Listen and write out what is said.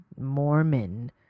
Mormon